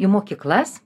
į mokyklas